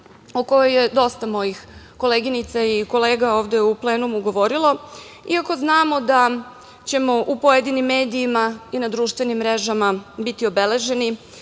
o kojoj je dosta mojih koleginica i kolega ovde u plenumu govorilo. Iako znamo da ćemo u pojedinim medijima i na društvenim mrežama biti obeleženi,